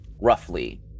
roughly